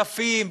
יפים,